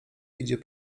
idzie